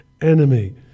enemy